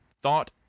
thought